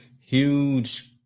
huge